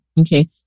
Okay